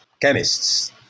chemists